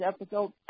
episode